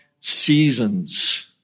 seasons